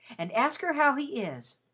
and ask her how he is.